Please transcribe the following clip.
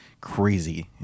crazy